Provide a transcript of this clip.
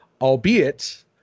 albeit